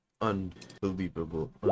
Unbelievable